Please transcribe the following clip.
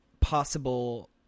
possible